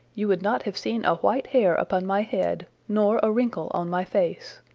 you would not have seen a white hair upon my head, nor a wrinkle on my face.